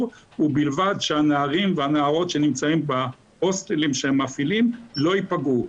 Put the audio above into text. ובלבד שהנערים והנערות שנמצאים בהוסטלים שהם מפעילים לא ייפגעו.